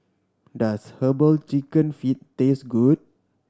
does Herbal Chicken Feet taste good